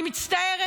אני מצטערת.